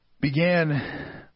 began